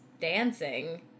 dancing